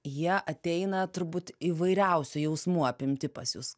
jie ateina turbūt įvairiausių jausmų apimti pas jus